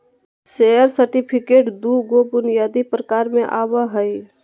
share certificate दू गो बुनियादी प्रकार में आवय हइ